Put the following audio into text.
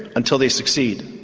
until they succeed.